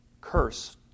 curse